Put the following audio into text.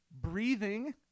breathing